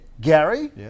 Gary